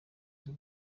z’u